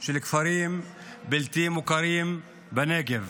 של כפרים בלתי מוכרים בנגב.